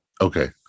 Okay